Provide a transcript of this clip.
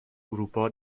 اروپا